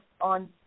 on